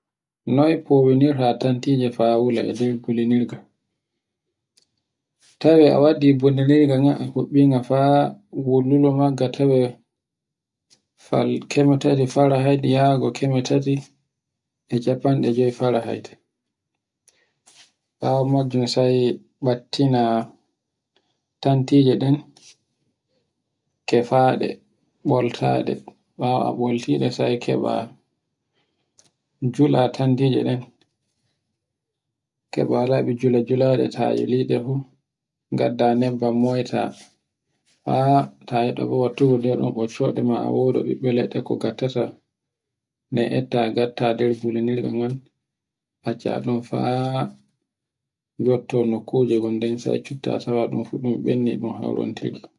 Noy fowinirta tantije fa wula e nder fulluninga. Tawe a waddi bullinirga ngan a huɓɓinga fa wullulo ngan ga tawe falkemete fara hedi yago keme tati e cappanɗe joy fare hayte. Bawo najjum sai ɓattina tantijeɗen kefate, ɓoltaɗe ɓawo a ɓoltiɗe taye keɓa, jula tantijeɗen, keɓa labi juleɗe ta juluɗe fu ngadda nebban moyta haa ta yibo bo nder ɓoccode ma a wodu ɓeɓɓe leɗɗe ko ngattata ne etta ngatta nder bulunirga ngan, accaɗun faa yotto nukkuje gon den sai cufta tawe ɗun fu ɗum ɓendi ɗun haurontiri